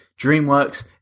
dreamworks